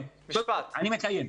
אני מסיים,